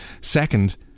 Second